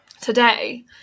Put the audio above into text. today